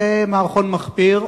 זה מערכון מחפיר,